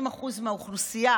50% מהאוכלוסייה,